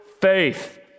faith